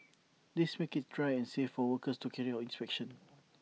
this makes IT dry and safe for workers to carry out inspections